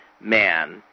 man